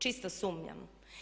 Čisto sumnjam.